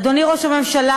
אדוני ראש הממשלה,